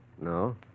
No